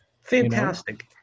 Fantastic